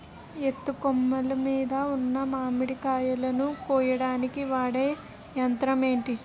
ఎత్తు కొమ్మలు మీద ఉన్న మామిడికాయలును కోయడానికి వాడే యంత్రం ఎంటి?